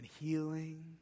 healing